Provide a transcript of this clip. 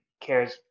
cares